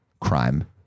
crime